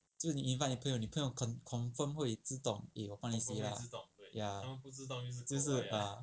就是你 invite 你朋友你朋友 confirm 会自动 eh 我帮你洗 lah ya 就是 ah